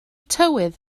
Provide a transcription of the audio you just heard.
tywydd